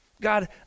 God